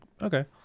okay